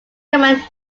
common